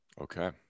Okay